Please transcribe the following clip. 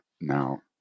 now